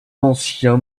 ancien